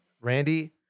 Randy